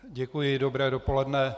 Děkuji, dobré dopoledne.